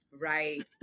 Right